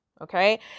Okay